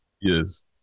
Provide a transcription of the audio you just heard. Yes